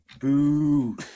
boo